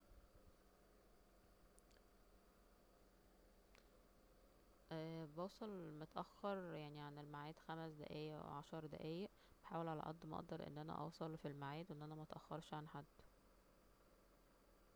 بوصل متاخر يعني عن المعاد خمس دقايق عشر دقايق يحاول على قد ما اقدر أن أنا اوصل في المعاد وان أنا متاخرش عن حد